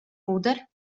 oder